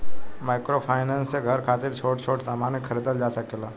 microfinance से घर खातिर छोट छोट सामान के खरीदल जा सकेला